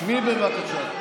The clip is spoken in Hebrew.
שבי, בבקשה.